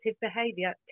behavior